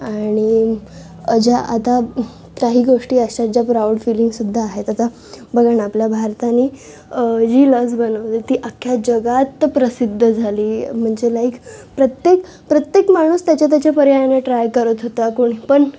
आणि ज्या आता हं काही गोष्टी अशा आहेत ज्या प्राउड फीलिंगसुद्धा आहेत आता बघा ना आपल्या भारताने जी लस बनवली ती अक्ख्या जगात प्रसिद्ध झाली म्हणजे लाईक प्रत्येक प्रत्येक माणूस त्याच्या त्याच्या पर्यायाने ट्राय करत होत्या कोणी पण